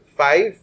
five